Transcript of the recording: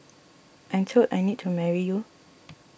I'm told I need to marry you